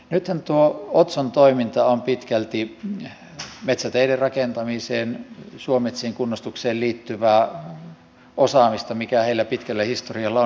nythän tuo otson toiminta on pitkälti metsäteiden rakentamiseen suometsien kunnostukseen liittyvää osaamista mikä heillä pitkällä historialla on